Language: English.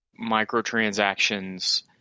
microtransactions